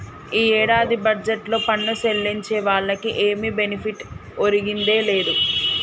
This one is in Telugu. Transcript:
ఈ ఏడాది బడ్జెట్లో పన్ను సెల్లించే వాళ్లకి ఏమి బెనిఫిట్ ఒరిగిందే లేదు